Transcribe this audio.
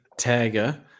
tagger